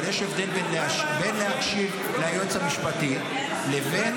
אבל יש הבדל בין להקשיב ליועץ המשפטי לבין